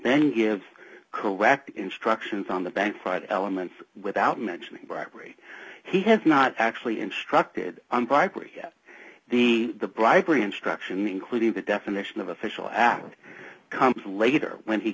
then give correct instructions on the bank five elements without mentioning bribery he has not actually instructed on bribery the the bribery instruction including the definition of official act comes later when he